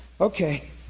okay